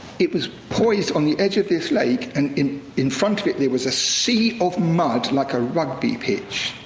it was poised on the edge of this lake, and in in front of it there was a sea of mud, like a rugby pitch.